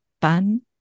fun